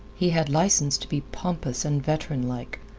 he had license to be pompous and veteranlike.